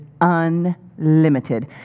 unlimited